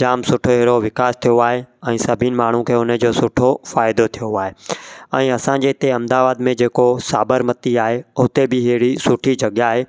जाम सुठो अहिड़ो विकास थियो आए अईं सभिनि माण्हूनि खे उन्हनि जो सुठो फ़ाइदो थियो आहे ऐं असांजे हिते अहमदाबाद में जेको साबरमती आहे हुते बि अहिड़ी सुठी जॻह आहे